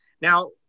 Now